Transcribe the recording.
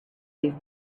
leave